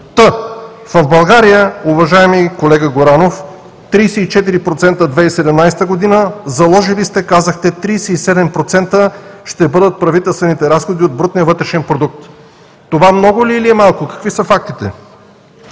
щати. В България, уважаеми колега Горанов, 34% – 2017 г. Заложили сте, казахте, 37% ще бъдат правителствените разходи от брутния вътрешен продукт. Това много ли е, или е малко? Какви са фактите?